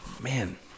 Man